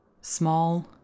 Small